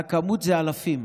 והכמות היא באלפים,